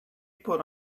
put